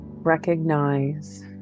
recognize